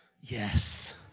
Yes